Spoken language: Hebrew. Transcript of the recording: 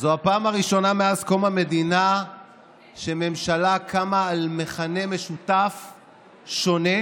זו הפעם הראשונה מאז קום המדינה שממשלה קמה על מכנה משותף שונה.